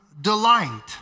delight